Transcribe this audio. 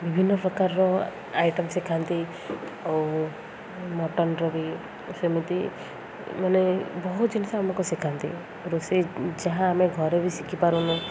ବିଭିନ୍ନ ପ୍ରକାରର ଆଇଟମ୍ ଶିଖାନ୍ତି ଆଉ ମଟନ୍ର ବି ସେମିତି ମାନେ ବହୁତ ଜିନିଷ ଆମକୁ ଶିଖାନ୍ତି ରୋଷେଇ ଯାହା ଆମେ ଘରେ ବି ଶିଖିପାରୁନୁ